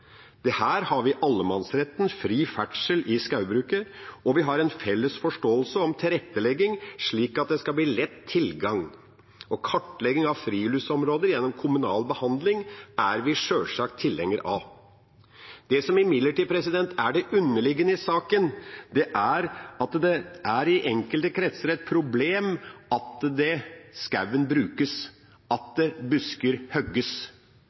problem. Her har vi allemannsretten, fri ferdsel i skogen, og vi har en felles forståelse om tilrettelegging, slik at det skal bli lett tilgang. Kartlegging av friluftsområder gjennom kommunal behandling er vi sjølsagt tilhengere av. Det som imidlertid er det underliggende i saken, er at det i enkelte kretser er et problem at skogen brukes, at busker hogges. Det er et problem at det hogges, plantes og ryddes – altså at